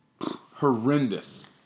horrendous